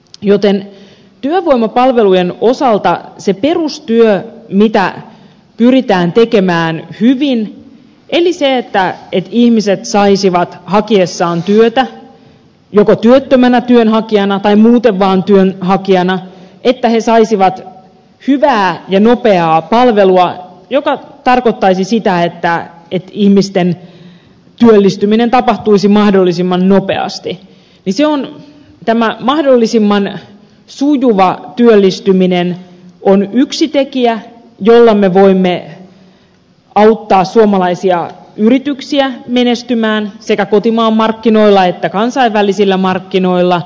joten työvoimapalvelujen osalta se perustyö mitä pyritään tekemään hyvin eli se että ihmiset saisivat hakiessaan työtä joko työttömänä työnhakijana tai muuten vaan työnhakijana että he saisivat hyvää ja nopeaa palvelua mikä tarkoittaisi sitä että ihmisten työllistyminen tapahtuisi mahdollisimman nopeasti tämä mahdollisimman sujuva työllistyminen on yksi tekijä jolla me voimme auttaa suomalaisia yrityksiä menestymään sekä kotimaan markkinoilla että kansainvälisillä markkinoilla